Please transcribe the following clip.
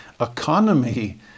economy